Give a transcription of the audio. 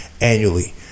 annually